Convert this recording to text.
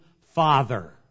father